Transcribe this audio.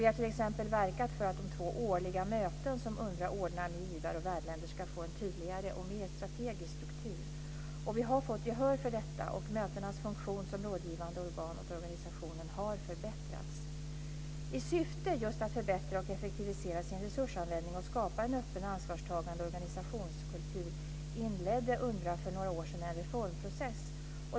Vi har t.ex. verkat för att de två årliga möten som UNRWA ordnar med givar och värdländer ska få en tydligare och mer strategisk struktur. Vi har fått gehör för detta, och mötenas funktion som rådgivande organ åt organisationen har förbättrats. I syfte just att förbättra och effektivisera sin resursanvändning och skapa en öppen och ansvarstagande organisationskultur inledde UNRWA för några år sedan en reformprocess.